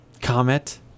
Comet